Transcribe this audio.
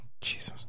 Jesus